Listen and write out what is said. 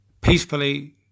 peacefully